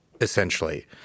essentially